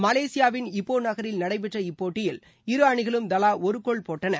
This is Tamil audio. மலேசியாவின் இப்போ நகரில் நடைபெற்ற இப்போட்டியில் இருஅணிகளும் தவா ஒரு கோல் போட்டன